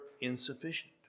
insufficient